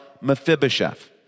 Mephibosheth